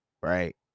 Right